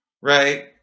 right